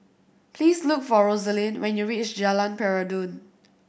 please look for Rosalyn when you reach Jalan Peradun